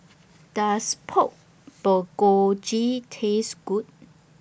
Does Pork Bulgogi Taste Good